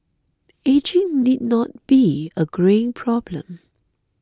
ageing need not be a greying problem